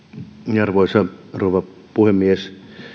arvoisa rouva puhemies